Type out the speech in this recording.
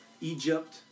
Egypt